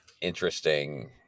interesting